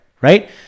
Right